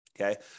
Okay